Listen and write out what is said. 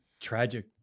Tragic